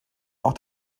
auch